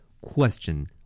Question